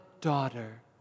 daughter